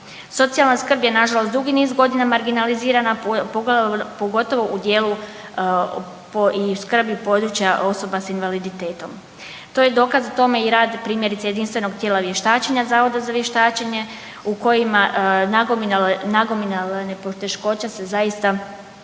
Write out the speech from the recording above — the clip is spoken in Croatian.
Socijalna skrb je nažalost dugi niz godina marginalizirana, pogotovo u cijelu i skrbi područja osoba s invaliditetom. To je dokaz tome i rad primjerice jedinstvenog tijela vještačenja Zavoda za vještačenje u kojima nagomilane poteškoće se zaista ne